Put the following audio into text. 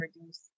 reduce